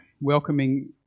welcoming